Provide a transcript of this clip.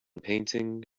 painting